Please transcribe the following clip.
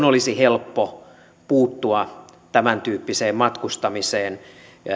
olisi helppo puuttua tämäntyyppiseen matkustamiseen